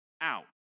out